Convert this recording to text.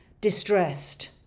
distressed